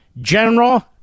general